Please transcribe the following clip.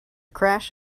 crash